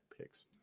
picks